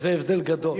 זה הבדל גדול.